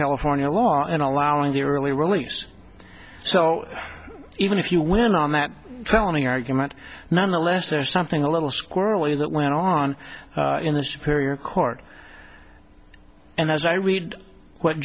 california law in allowing the early release so even if you win on that telling argument nonetheless there's something a little squirrelly that went on in a superior court and as i read